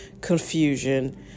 confusion